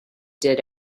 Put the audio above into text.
did